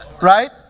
Right